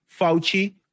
Fauci